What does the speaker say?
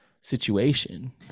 situation